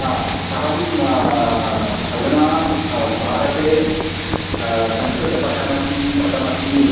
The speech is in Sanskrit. हा अहं अधुना भारते संस्कृतपठनं कथमस्ति